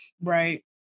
Right